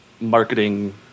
marketing